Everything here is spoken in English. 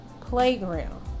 playground